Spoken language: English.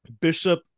Bishop